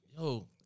yo